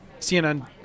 CNN